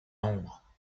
nombre